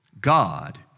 God